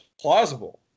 plausible